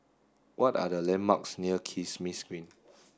what are the landmarks near Kismis Green